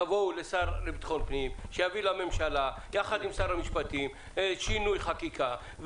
תבואו לשר לביטחון הפנים שיביא לממשלה יחד עם שר המשפטים שינוי חקיקה,